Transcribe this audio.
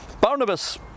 Barnabas